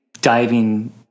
diving